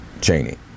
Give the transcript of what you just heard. Cheney